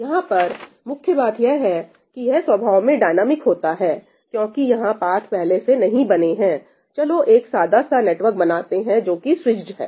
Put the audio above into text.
यहां पर मुख्य बात यह है कि यह स्वभाव में डायनेमिक होता है क्योंकि यहां पाथ पहले से नहीं बनें है चलो एक सादा सा नेटवर्क बनाते हैं जो कि स्विचड है